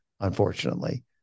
unfortunately